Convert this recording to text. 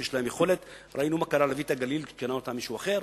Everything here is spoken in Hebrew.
שיש להם יכולת ראינו מה קרה ל"ויטה פרי הגליל" כשקנה אותו מישהו אחר.